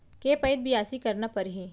के पइत बियासी करना परहि?